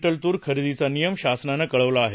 क्र तूर खरेदी चा नियम शासनानं कळवला आहे